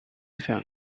felt